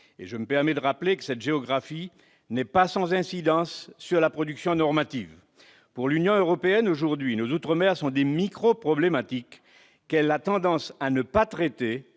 Je me permets de le rappeler, cette géographie n'est pas sans incidence sur la production normative. Aujourd'hui, pour l'Union européenne, nos outre-mer sont des microproblématiques qu'elle a tendance à ne pas traiter